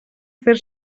fer